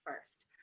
first